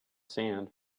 sand